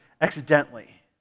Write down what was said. accidentally